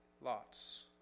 lots